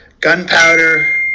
gunpowder